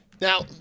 Now